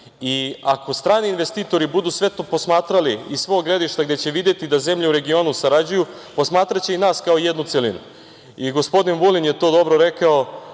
Ako strani investitori budu sve to posmatrali iz svog gledišta gde će videti da zemlje u regionu sarađuju, posmatraće i nas kao jednu celinu. Gospodin Vulin je to dobro rekao,